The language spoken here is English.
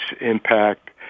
impact